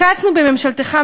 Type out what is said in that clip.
קצנו בממשלתך,